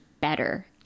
better